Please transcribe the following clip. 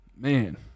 Man